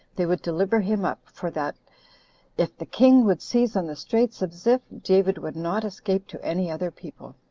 they would deliver him up, for that if the king would seize on the straits of ziph, david would not escape to any other people.